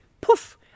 poof